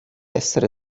essere